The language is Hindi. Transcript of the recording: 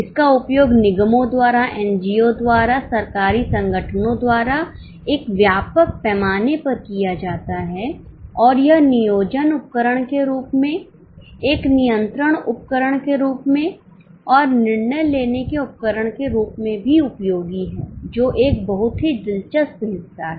इसका उपयोग निगमों द्वारा एनजीओ द्वारा सरकारी संगठनों द्वारा एक व्यापक पैमाने पर किया जाता है और यह नियोजन उपकरण के रूप में एक नियंत्रण उपकरण के रूप में और निर्णय लेने के उपकरण के रूप में भी उपयोगी है जो एक बहुत ही दिलचस्प हिस्सा है